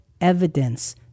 evidence